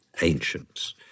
ancients